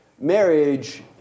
marriage